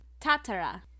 Tatara